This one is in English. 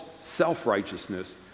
self-righteousness